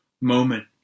moment